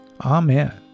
Amen